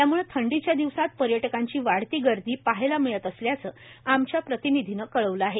याम्ळे थंडीच्या दिवसात पर्यटकाची वाढती गर्दी पाहायला मिळत असल्याच आमच्या प्रतिनिधीन कळविला आहे